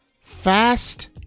fast